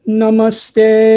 Namaste